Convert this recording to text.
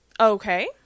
Okay